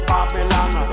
Babylon